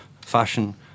fashion